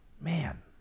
Man